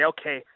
okay